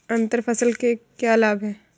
अंतर फसल के क्या लाभ हैं?